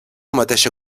mateixa